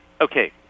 okay